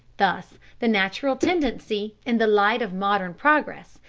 thus the natural tendency, in the light of modern progress,